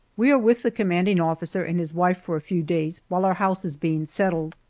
we are with the commanding officer and his wife for a few days while our house is being settled.